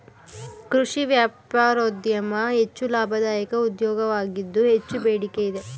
ಕೃಷಿ ವ್ಯಾಪಾರೋದ್ಯಮ ಹೆಚ್ಚು ಲಾಭದಾಯಕ ಉದ್ಯೋಗವಾಗಿದ್ದು ಹೆಚ್ಚು ಬೇಡಿಕೆ ಇದೆ